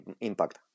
impact